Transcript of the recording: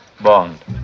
bond